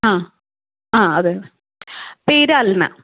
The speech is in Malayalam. ആ ആ അതെ പേര് അൽന